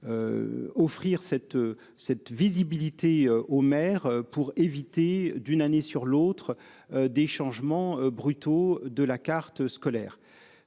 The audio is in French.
cette cette visibilité aux maire pour éviter d'une année sur l'autre des changements brutaux de la carte scolaire.